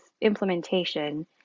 implementation